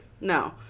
No